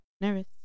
nervous